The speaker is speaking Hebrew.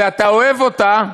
ואתה אוהב אותה,